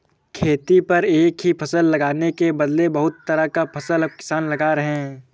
खेती पर एक ही फसल लगाने के बदले बहुत तरह का फसल अब किसान लगा रहे हैं